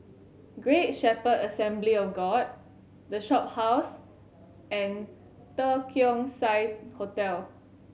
Great Shepherd Assembly of God The Shophouse and The Keong Saik Hotel